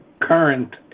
current